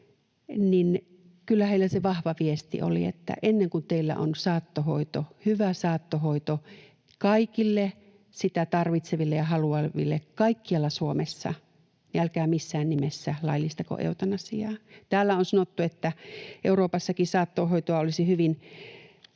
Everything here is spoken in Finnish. niin kyllä heillä se vahva viesti oli, että ennen kuin teillä on saattohoito, hyvä saattohoito kaikille sitä tarvitseville ja haluaville kaikkialla Suomessa, niin älkää missään nimessä laillistako eutanasiaa. Täällä on sanottu, että Euroopassakin saattohoitoa olisi hyvin